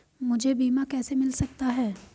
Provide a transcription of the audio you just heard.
मुझे बीमा कैसे मिल सकता है?